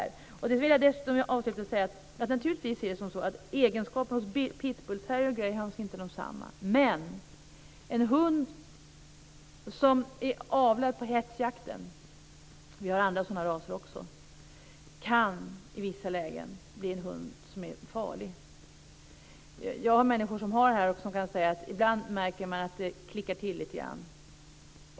Jag vill dessutom avslutningsvis säga att det naturligtvis är så att egenskaperna hos hundraserna pitbullterrier och greyhound inte är desamma. Men en hund som är avlad på hetsjakten - det finns även andra sådana raser - kan i vissa lägen bli en hund som är farlig. Jag vet människor som har denna ras och som säger att de ibland kan märka att det klickar till lite grann.